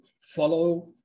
follow